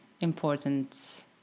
important